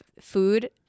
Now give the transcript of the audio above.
food